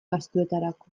gastuetarako